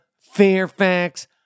Fairfax